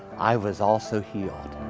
i was also healed.